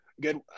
good –